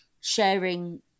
sharing